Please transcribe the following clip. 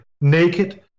naked